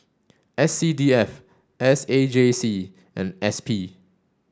S C D F S A J C and S P